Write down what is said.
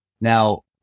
now